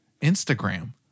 Instagram